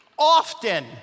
Often